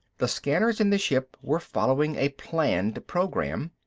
the scanners in the ship were following a planned program.